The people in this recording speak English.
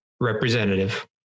representative